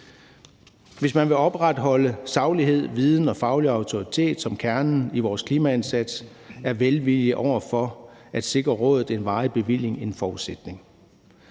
Hvis man vil opretholde saglighed, viden og faglig autoritet som kernen i vores klimaindsats, er velvilje over for at sikre rådet en varig bevilling en forudsætning.